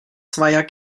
zweier